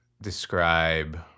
describe